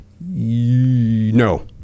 No